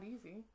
easy